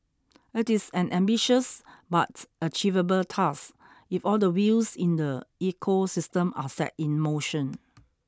it is an ambitious but achievable task if all the wheels in the ecosystem are set in motion